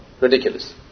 Ridiculous